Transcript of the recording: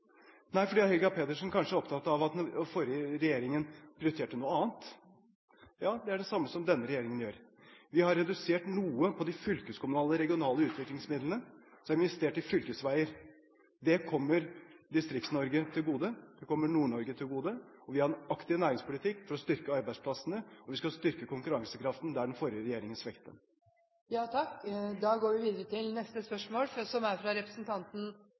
Nei, fordi Helga Pedersen kanskje er opptatt av at den forrige regjeringen prioriterte noe annet? Ja, det er det samme som denne regjeringen gjør. Vi har redusert noe i de fylkeskommunale og regionale utviklingsmidlene, men så har vi investert i fylkesveier – det kommer Distrikts-Norge til gode, det kommer Nord-Norge til gode. Vi har en aktiv næringspolitikk for å styrke arbeidsplassene, og vi skal styrke konkurransekraften der den forrige regjeringen svekket den. «Reduksjon eller fjerning av formuesskatten slår ulikt ut for byer og distrikt. En beregning fra